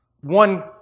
one